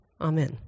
Amen